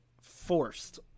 forced